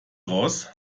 raus